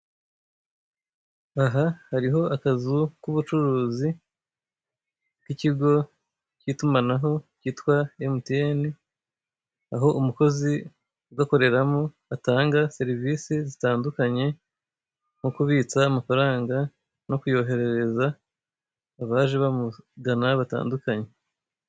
Aha hariho akazu k'ubucuruzi bw'ikigo cy'itumanaho cyitwa Emutiyeni; aho umukozi ugakoreramo atanga serivisi zitandukanye: nko kubitsa amafaranga no kuyoherereza abaje bamugana batandukanye.